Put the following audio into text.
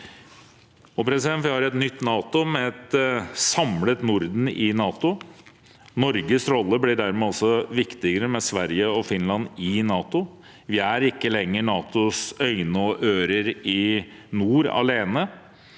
Vi har et nytt NATO, med et samlet Norden i NATO. Norges rolle blir dermed også viktigere, med Sverige og Finland i NATO. Vi er ikke lenger NATOs øyne og ører i nord alene,